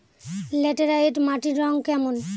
Laterite মাটির রং কেমন?